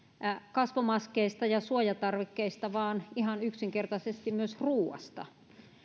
kasvomaskeista ja suojatarvikkeista vaan ihan yksinkertaisesti myös ruuasta